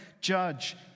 judge